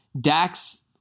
Dax